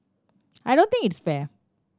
I don't think it's fair